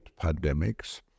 pandemics